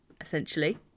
essentially